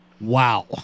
Wow